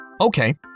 Okay